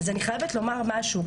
אז אני חייבת לומר משהו,